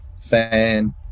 fan